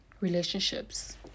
relationships